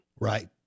Right